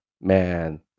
man